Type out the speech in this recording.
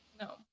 no